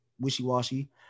wishy-washy